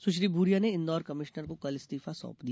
सुश्री भूरिया ने इंदौर कमिश्नर को कल इस्तीफा सौंप दिया